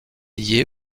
liée